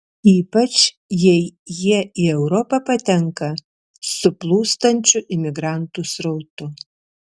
ypač jei jie į europą patenka su plūstančiu imigrantų srautu